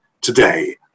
today